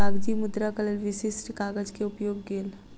कागजी मुद्राक लेल विशिष्ठ कागज के उपयोग गेल